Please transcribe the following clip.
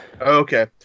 Okay